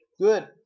good